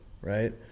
Right